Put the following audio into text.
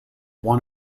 one